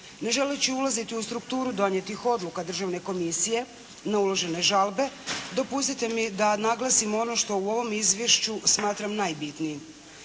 Ne želeći ulaziti u strukturu donijetih odluka državne komisije na uložene žalbe dopustite mi da naglasim ono što u ovom izvješću smatram najbitnijim.